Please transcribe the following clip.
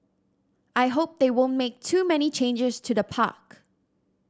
I hope they won't make too many changes to the park